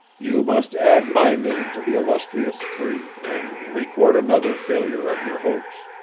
you must add my name to the illustrious three, and record another failure of your hopes.